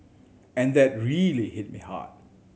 and that really hit me hard